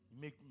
make